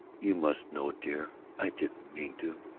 you must know, dear, i didn't mean to.